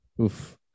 oof